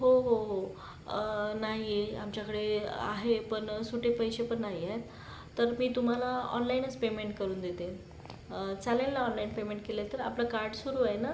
हो हो हो नाही आमच्याकडे आहे पण सुटे पैसेपण नाहीयेत तर मी तुम्हाला ऑनलाईनच पेमेंट करून देते चालेल ना ऑनलाईन पेमेंट केलं तर आपलं कार्ड सुरू आहे न